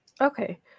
Okay